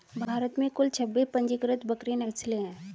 भारत में कुल छब्बीस पंजीकृत बकरी नस्लें हैं